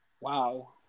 wow